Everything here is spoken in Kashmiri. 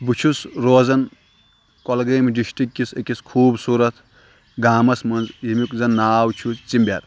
بہٕ چھُس روزان کۄلگٲمۍ ڈِسٹِرٛکِس أکِس خوٗبصوٗرَت گامَس منٛز ییٚمیُک زَن ناو چھُ ژِمبٮ۪ر